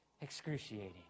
excruciating